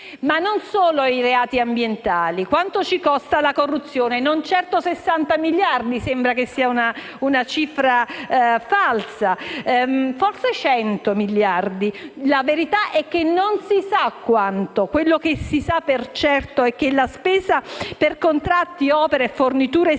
ci sono solo i reati ambientali; quanto ci costa la corruzione? Non certo 60 miliardi, che sembra una cifra falsa. Forse ce ne costa 100 miliardi. La verità è che non si sa quanto. Quello che si sa per certo è che la spesa per contratti, opere, forniture e servizi